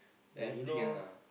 yea you know